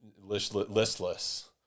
listless